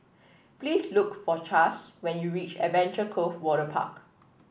please look for Chas when you reach Adventure Cove Waterpark